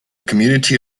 community